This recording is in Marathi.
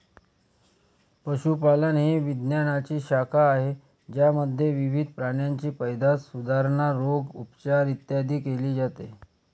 पशुपालन ही विज्ञानाची शाखा आहे ज्यामध्ये विविध प्राण्यांची पैदास, सुधारणा, रोग, उपचार, इत्यादी केले जाते